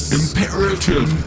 imperative